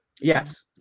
yes